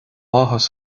áthas